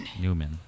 Newman